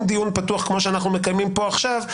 דיון פתוח כמו שאנחנו מקיימים פה עכשיו.